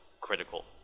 critical